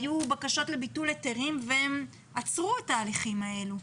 היו בקשות לביטול היתרים והם עצרו את ההליכים האלו.